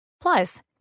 Plus